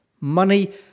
Money